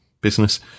business